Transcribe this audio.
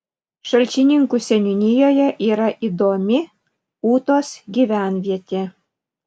šalčininkų seniūnijoje yra įdomi ūtos gyvenvietė